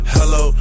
Hello